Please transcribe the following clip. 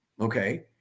Okay